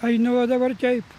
einu o dabar taip